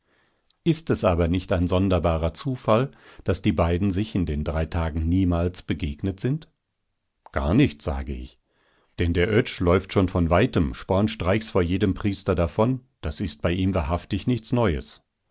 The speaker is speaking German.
ist es aber nicht ein sonderbarer zufall daß die beiden sich in den drei tagen niemals begegnet sind gar nicht sage ich denn der oetsch läuft schon von weitem spornstreichs vor jedem priester davon das ist bei ihm wahrhaftig nichts neues